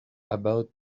about